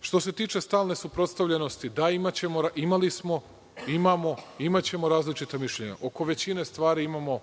što se tiče stalne suprotstavljenosti, da, imaćemo, imali smo, imamo, i imaćemo različita mišljenja. Oko većine stvari imamo